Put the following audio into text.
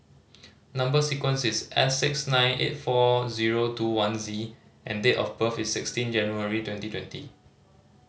number sequence is S six nine eight four zero two one Z and date of birth is sixteen January twenty twenty